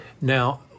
Now